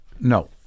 No